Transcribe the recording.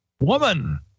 woman